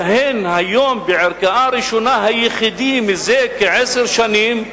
המכהן היום בערכאה ראשונה זה כעשר שנים,